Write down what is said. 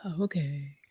Okay